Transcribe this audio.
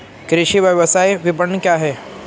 कृषि व्यवसाय विपणन क्या है?